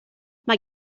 mae